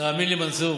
תאמין לי, מנסור,